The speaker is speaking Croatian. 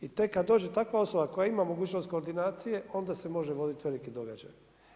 I tek kad dođe takva osoba koja mogućnost koordinacije, onda se može voditi veliki događaj.